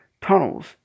tunnels